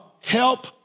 Help